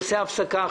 הישיבה ננעלה בשעה